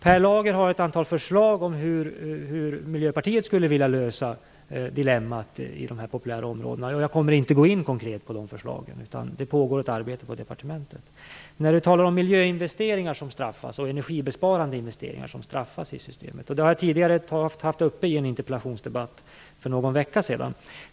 Per Lager har ett antal förslag om hur Miljöpartiet skulle vilja lösa dilemmat i de populära områdena. Jag kommer inte att gå in konkret på de förslagen, utan jag hänvisar till att det pågår ett arbete på departementet. Han talar om att miljöinvesteringar och energibesparande investeringar straffas i systemet. Jag hade den frågan uppe i en interpellationsdebatt för någon vecka sedan.